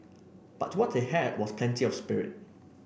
but what they had was plenty of spirit